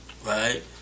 Right